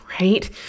right